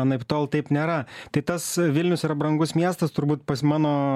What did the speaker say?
anaiptol taip nėra tai tas vilnius yra brangus miestas turbūt pas mano